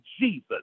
Jesus